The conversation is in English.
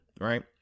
right